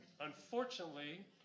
unfortunately